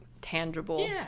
tangible